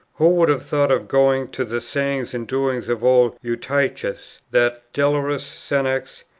who would have thought of going to the sayings and doings of old eutyches, that delirus senex,